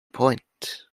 point